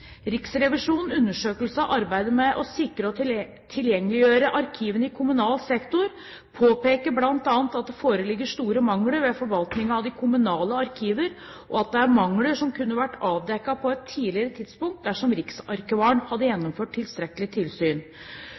med å sikre og tilgjengeliggjøre arkivene i kommunal sektor påpeker bl.a. at det foreligger store mangler ved forvaltningen av de kommunale arkiver, og at dette er mangler som kunne ha vært avdekket på et tidligere tidspunkt, dersom riksarkivaren hadde gjennomført tilstrekkelig tilsyn. Kulturdepartementet har bedt riksarkivaren bedre sine rutiner for tilsyn